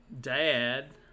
dad